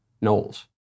Knowles